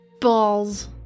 Balls